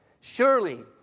Surely